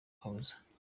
kabuza